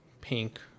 pink